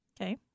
Okay